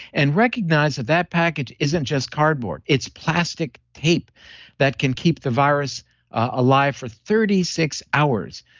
and recognize that that package isn't just cardboard it's plastic tape that can keep the virus alive for thirty six hours,